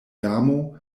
damo